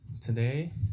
Today